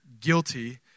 guilty